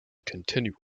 continual